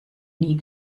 nie